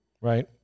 Right